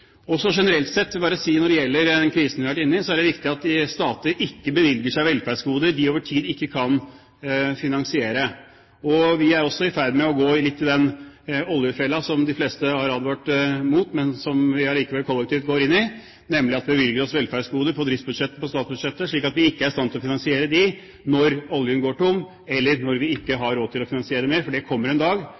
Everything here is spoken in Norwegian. også generelt sett bare si når det gjelder den krisen vi har vært inne i, at det er viktig at stater ikke bevilger seg velferdsgoder de over tid ikke kan finansiere. Vi er også i ferd med å gå litt i den oljefella som de fleste har advart mot, men som vi allikevel kollektivt går inn i, nemlig at vi bevilger oss velferdsgoder på driftsbudsjettet, på statsbudsjettet, slik at vi ikke er i stand til å finansiere dem når oljen går tom, eller når vi ikke har råd til å finansiere dem mer. For det kommer en dag